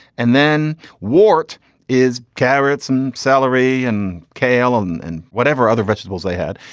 and then what is carrots and salary and kale and and whatever other vegetables they had.